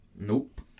Nope